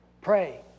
pray